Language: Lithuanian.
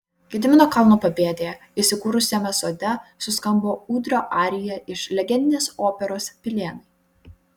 gedimino kalno papėdėje įsikūrusiame sode suskambo ūdrio arija iš legendinės operos pilėnai